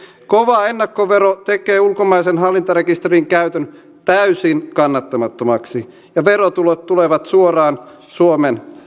kova ennakkovero tekee ulkomaisen hallintarekisterin käytön täysin kannattamattomaksi ja verotulot tulevat suoraan suomen